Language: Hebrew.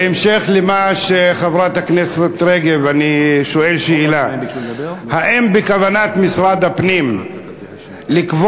בהמשך לחברת הכנסת רגב אני שואל שאלה: האם בכוונת משרד הפנים לקבוע